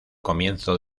comienzo